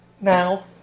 now